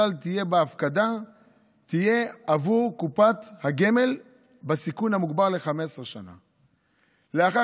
שהפקיד בקופות הגמל בסיכון המוגבר יכול להגיע ל-80,000